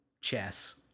Chess